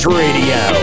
radio